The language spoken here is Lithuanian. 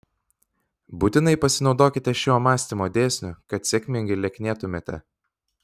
būtinai pasinaudokite šiuo mąstymo dėsniu kad sėkmingai lieknėtumėte